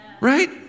Right